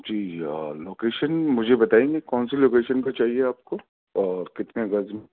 جی location مجھے بتائیں گے کون سی لوکیشن پہ چاہیے آپ کو اور کتنے گز میں